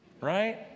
right